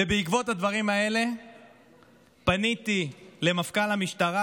ובעקבות הדברים האלה פניתי למפכ"ל המשטרה,